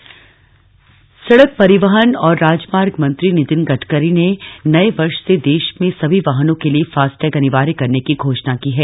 FASTag अनिवार्य सड़क परिवहन और राजमार्ग मंत्री नितिन गडकरी ने नए वर्ष से देश में सभी वाहनों के लिए फास्टैग अनिवार्य करने की घोषणा की है